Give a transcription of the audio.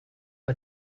bei